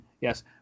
Yes